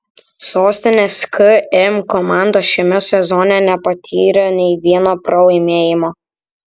sostinės km komanda šiame sezone nepatyrė nei vieno pralaimėjimo